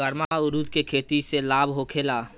गर्मा उरद के खेती से लाभ होखे ला?